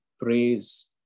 praise